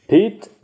Pete